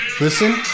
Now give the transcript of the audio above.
Listen